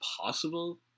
possible